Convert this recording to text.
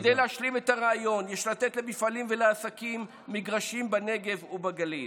כדי להשלים את הרעיון יש לתת למפעלים ולעסקים מגרשים בנגב ובגליל,